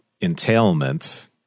entailment